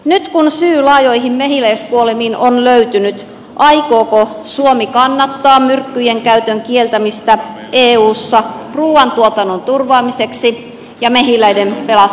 nyt kun syy laajoihin mehiläiskuolemiin on löytynyt aikooko suomi kannattaa myrkkyjen käytön kieltämistä eussa ruuantuotannon turvaamiseksi ja mehiläisten pelastamiseksi